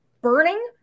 burning